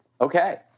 okay